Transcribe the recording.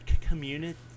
community